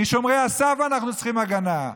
משומרי הסף אנחנו צריכים הגנה.